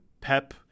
Pep